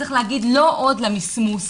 אלא צריך לומר לא עוד למסמוס.